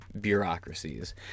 bureaucracies